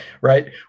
right